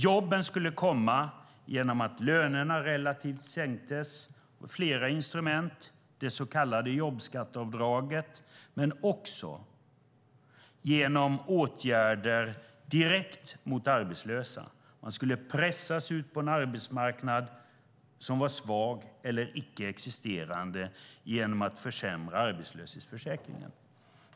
Jobben skulle komma genom att lönerna relativt sänktes och genom flera instrument som det så kallade jobbskatteavdraget men också genom åtgärder direkt mot de arbetslösa. Man skulle pressa ut människor på en arbetsmarknad som var svag eller icke existerande genom att försämra arbetslöshetsförsäkringen.